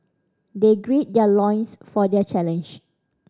they gird their loins for their challenge